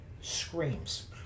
screams